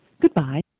Goodbye